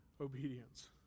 obedience